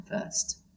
first